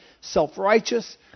self-righteous